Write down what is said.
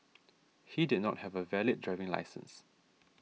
he did not have a valid driving licence